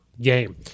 game